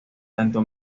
tanto